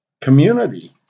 community